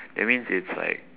that means it's like